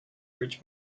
ridge